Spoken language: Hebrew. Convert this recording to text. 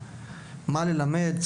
של מה ללמד,